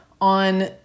on